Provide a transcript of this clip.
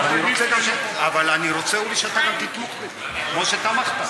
יושב-ראש הקואליציה, בהסכמת,